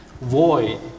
void